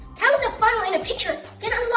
how's a funnel and a pitcher gonna unlock